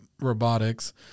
robotics